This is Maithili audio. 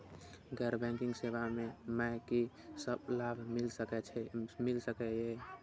गैर बैंकिंग सेवा मैं कि सब लाभ मिल सकै ये?